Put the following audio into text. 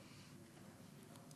התרבות והספורט?